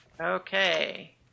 Okay